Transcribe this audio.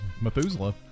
Methuselah